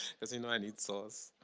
as you know, i need sauce.